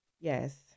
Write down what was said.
yes